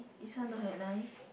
this one don't have line